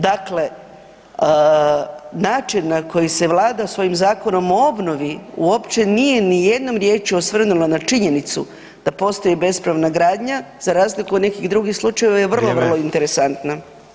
Dakle, način na koji se svojim Zakonom o obnovi uopće nije nijednom riječju osvrnula na činjenicu da postoji bespravna gradnja za razliku od nekih drugih slučajeva je vrlo, vrlo interesantna.